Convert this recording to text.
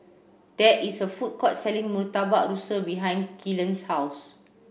there is a food court selling Murtabak Rusa behind Kylan's house